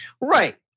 Right